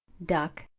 duck,